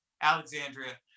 Alexandria